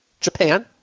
Japan